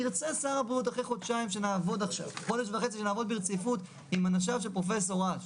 ירצה שר הבריאות אחרי חודש וחצי שנעבוד ברציפות עם אנשיו של פרופ' אש